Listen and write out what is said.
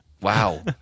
wow